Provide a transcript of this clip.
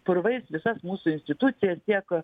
purvais visas mūsų institucijas tiek